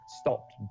stopped